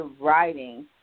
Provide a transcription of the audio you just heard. writing